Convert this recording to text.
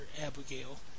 Abigail